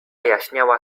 jaśniała